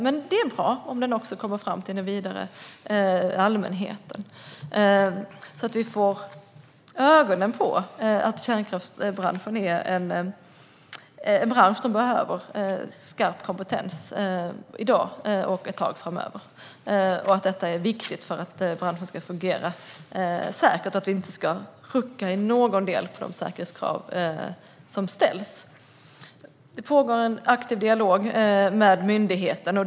Men det är bra om den också kommer fram till den bredare allmänheten, så att vi får ögonen på att kärnkraftbranschen är en bransch som behöver skarp kompetens i dag och ett tag framöver. Det är viktigt för att branschen ska fungera säkert och för att vi inte ska rucka på någon del av de säkerhetskrav som ställs. Det pågår en aktiv dialog med myndigheten.